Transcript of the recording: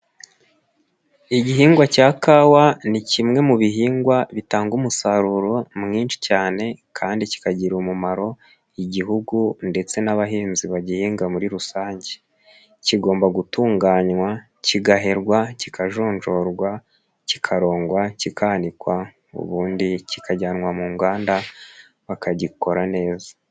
Igihingwa cya kawa ni kimwe mu bihinga bitanga umusaruro mwinshi cyane kandi kikagira umumaro igihugu ndetse n'abahinzi bagihinga muri rusange, kigomba gutunganywa kigaherwa, kikajonjorwa, kikarongwa, kikanikwa, ubundi kikajyanwa mu nganda bakagikora neza.